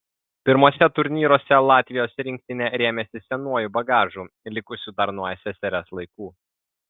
pirmuose turnyruose latvijos rinktinė rėmėsi senuoju bagažu likusiu dar nuo ssrs laikų